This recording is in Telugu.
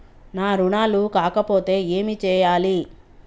నా రుణాలు కాకపోతే ఏమి చేయాలి?